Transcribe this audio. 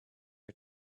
are